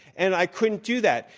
and i couldn't do that.